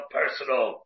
personal